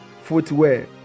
footwear